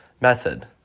method